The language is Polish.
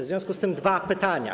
W związku z tym mam dwa pytania.